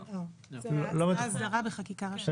לא, הסדרה בחקיקה ראשית.